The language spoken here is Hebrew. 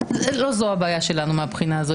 לא זו הבעיה שלנו מהבחינה הזאת.